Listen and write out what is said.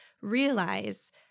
realize